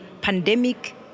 pandemic